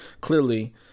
clearly